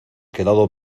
quedado